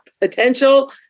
potential